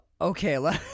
okay